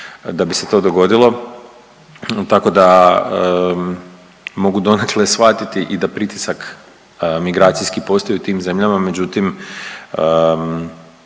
da bi se to dogodilo, tako da mogu donekle shvatiti i da pritisak migracijski postoji u tim zemljama, međutim,